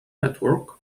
network